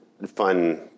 Fun